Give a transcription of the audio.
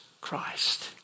Christ